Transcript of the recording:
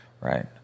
Right